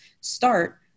start